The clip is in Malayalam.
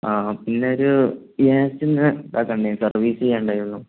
ആ പിന്നെ ഒരു ഗ്യാസിൻ്റെ ഇതാക്കാൻ ഉണ്ടായിരുന്നു സർവീസ് ചെയ്യാൻ ഉണ്ടായിരുന്നു